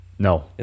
No